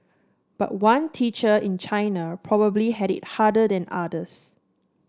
but one teacher in China probably had it harder than others